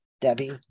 Debbie